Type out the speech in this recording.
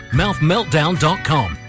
mouthmeltdown.com